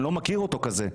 אני לא מכיר אותו כזה.